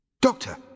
Doctor